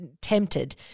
tempted